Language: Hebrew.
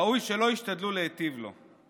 ראוי שלא ישתדלו להיטיב לו.